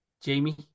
Jamie